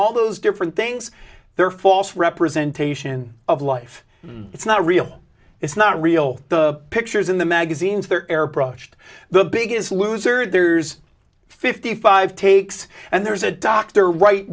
all those different things they're false representation of life it's not real it's not real the pictures in the magazines they're airbrushed the biggest loser there's fifty five takes and there's a doctor right